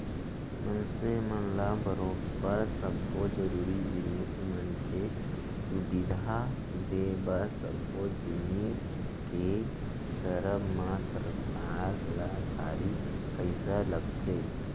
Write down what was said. मनसे मन ल बरोबर सब्बो जरुरी जिनिस मन के सुबिधा देय बर सब्बो जिनिस के करब म सरकार ल भारी पइसा लगथे